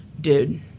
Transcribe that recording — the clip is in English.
dude